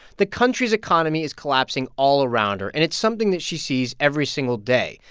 the country's economy is collapsing all around her, and it's something that she sees every single day.